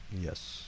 Yes